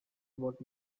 about